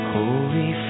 Holy